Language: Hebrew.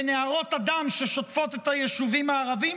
בנהרות הדם ששוטפים את היישובים הערביים,